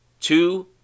two